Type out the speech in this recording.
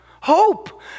Hope